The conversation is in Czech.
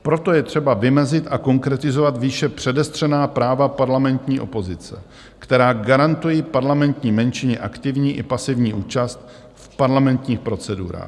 Proto je třeba vymezit a konkretizovat výše předestřená práva parlamentní opozice, která garantují parlamentní menšině aktivní i pasivní účast v parlamentních procedurách.